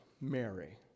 Mary